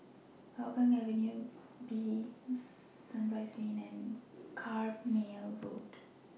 Hougang Avenue B Sunrise Lane and Carpmael Road